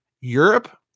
Europe